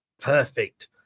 perfect